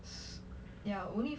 s~ ya only